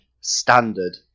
standard